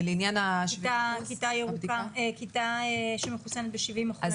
כיתה שמחוסנת ב-70 אחוזים.